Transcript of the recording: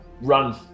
run